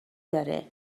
داره